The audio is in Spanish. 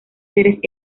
seres